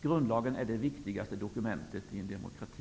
Grundlagen är det viktigaste dokumentet i en demokrati.